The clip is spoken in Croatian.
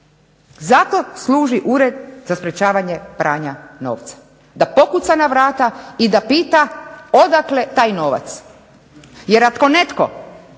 Zato služi Ured za sprečavanje pranja novca, da pokuca na vrata i da pita odakle taj novac jer ako netko,